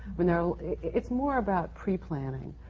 it's more about pre-planning.